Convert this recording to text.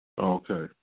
Okay